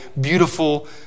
beautiful